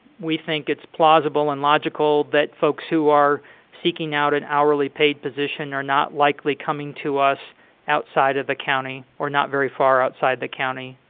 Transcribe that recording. we think it's plausible and logical that folks who are seeking out an hourly paid position are not likely coming to us outside of the county, or not very far outside the county,